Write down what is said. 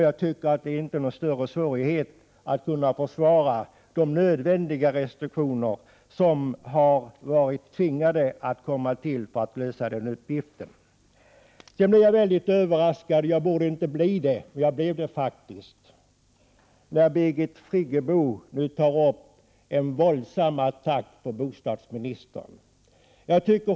Jag tycker inte att det är någon svårighet att försvara de nödvändiga restriktioner som har kommit till för att lösa denna uppgift. Jag blev mycket överraskad — jag borde inte bli det — när Birgit Friggebo gjorde en våldsam attack mot bostadsministern.